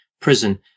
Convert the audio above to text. prison